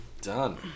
Done